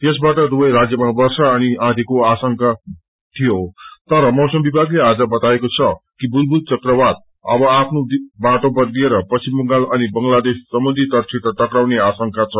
यसबाट दुवै राज्यमा वर्षा अनि आँधीको आशंका मौसम विभागले आज बताएको छ कि बुलबुल चक्रवात अब आफ्नो ाबाटो बदलिएर पश्चिम बंगाल अनि बंगलादेश समुन्द्री तटसित टक्राउने आशंका छ